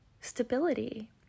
stability